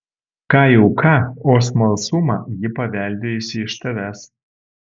ką jau ką o smalsumą ji paveldėjusi iš tavęs